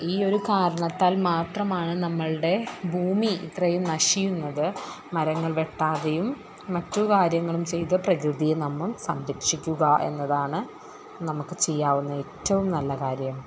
ഈ ഒരു കാരണത്താൽ മാത്രമാണ് നമ്മളുടെ ഭൂമി ഇത്രയും നശിക്കുന്നത് മരങ്ങൾ വെട്ടാതെയും മറ്റു കാര്യങ്ങളും ചെയ്ത് പ്രകൃതിയെ നമ്മൾ സംരക്ഷിക്കുക എന്നതാണ് നമുക്ക് ചെയ്യാവുന്ന ഏറ്റവും നല്ല കാര്യം